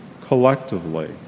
collectively